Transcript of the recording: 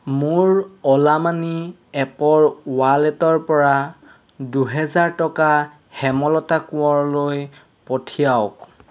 মোৰ অ'লা মানি এপৰ ৱালেটৰ পৰা দুহেজাৰ টকা হেমলতা কোঁৱৰলৈ পঠিয়াওক